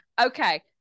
okay